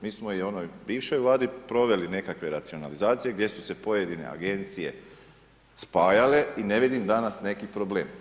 Mi smo i u onoj bivšoj vladi proveli nekakve racionalizacije gdje su se pojedine agencije spajale i ne vidim danas neki problem.